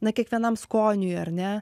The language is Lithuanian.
na kiekvienam skoniui ar ne